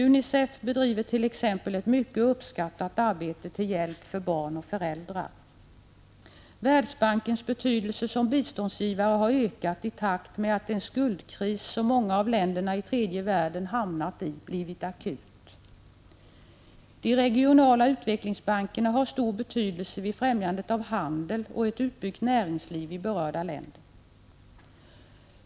UNICEF bedriver t.ex. ett mycket uppskattat arbete till hjälp för barn och föräldrar. Världsbankens betydelse som biståndsgivare har ökat i takt med att den skuldkris, som många av länderna i tredje världen hamnat i, blivit akut. De regionala utvecklingsbankerna har en stor betydelse vid främjandet av handel och ett utbyggt näringsliv i berörda länder.